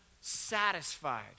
satisfied